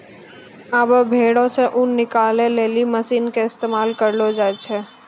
आबै भेड़ो से ऊन निकालै लेली मशीन के इस्तेमाल करलो जाय छै